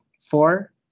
Four